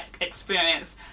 experience